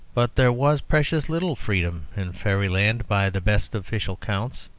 but there was precious little freedom in fairyland by the best official accounts.